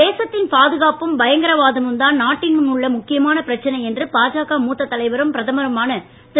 தேசத்தின் பாதுகாப்பும் பயங்கரவாதமும் தான் நாட்டின் முன் உள்ள முக்கியமான பிரச்சனை என்று பாஜக மூத்த தலைவரும் பிரதமருமான திரு